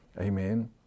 Amen